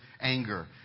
anger